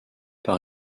par